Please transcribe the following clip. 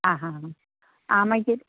आं हां हां आं मागीर